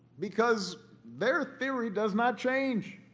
because their theory does not change.